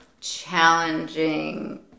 challenging